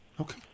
Okay